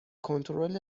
کنترل